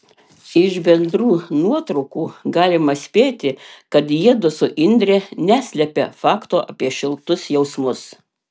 iš bendrų nuotraukų galima spėti kad jiedu su indre neslepia fakto apie šiltus jausmus